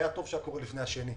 היה טוב שהיה קורה לפני השני.